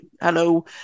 hello